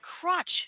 crotch